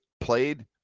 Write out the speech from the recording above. played